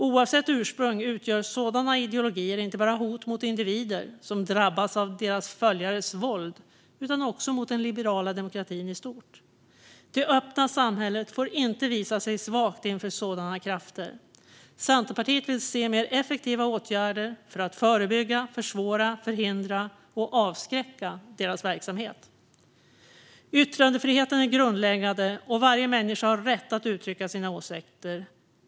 Oavsett ursprung utgör sådana ideologier inte bara hot mot individer som drabbas av deras följares våld utan också mot den liberala demokratin i stort. Det öppna samhället får inte visa sig svagt inför sådana krafter. Centerpartiet vill se mer effektiva åtgärder för att förebygga, försvåra, förhindra och avskräcka deras verksamhet. Yttrandefriheten är grundläggande, och varje människa har rätt att uttrycka sina åsikter.